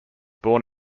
born